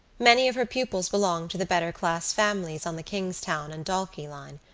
many of her pupils belonged to the better-class families on the kingstown and dalkey line.